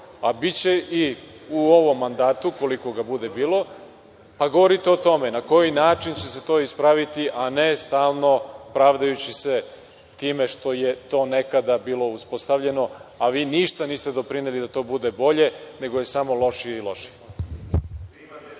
a biće i u ovom mandatu, ukoliko ga bude bilo, pa govorite o tome na koji način će se to ispraviti, a ne stalno pravdajući se time što je to nekada bilo uspostavljeno, a vi ništa niste doprineli da bude bolje, nego je samo lošije i lošije.